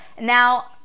Now